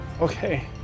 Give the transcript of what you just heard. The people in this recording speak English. Okay